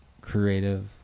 creative